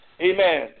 Amen